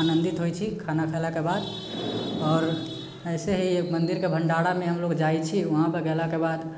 आनन्दित होइ छी खाना खेलाके बाद आओर एसे हि एक मन्दिरके भण्डारामे मे लोग जाइ छी वहाँ पर गेलाके बाद